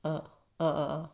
err err